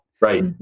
Right